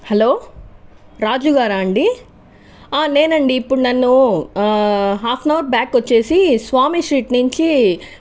hello రాజుగారా అండి నేనండి ఇప్పుడు నన్ను హాఫ్ ఆన్ హవర్ బ్యాక్ వచ్చేసి స్వామి స్ట్రీట్ నుంచి